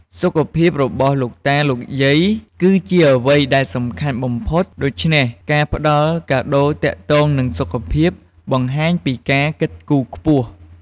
សុខភាពរបស់លោកតាលោកយាយ គឺជាអ្វីដែលសំខាន់បំផុត ដូច្នេះការផ្តល់កាដូរទាក់ទងនឹងសុខភាព បង្ហាញពីការគិតគូរខ្ពស់។